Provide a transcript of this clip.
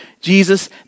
Jesus